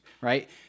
right